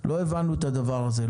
לא הבנו את הדבר הזה,